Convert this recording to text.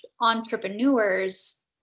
entrepreneurs